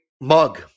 mug